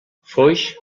foix